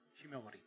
humility